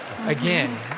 again